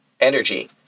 energy